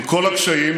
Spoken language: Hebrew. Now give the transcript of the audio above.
עם כל הקשיים,